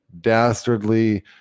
dastardly